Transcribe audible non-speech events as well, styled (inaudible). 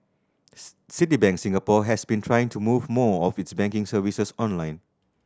(unintelligible) Citibank Singapore has been trying to move more of its banking services online